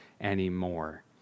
anymore